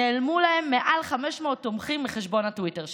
נעלמו להם מעל 500 תומכים מחשבון הטוויטר שלי.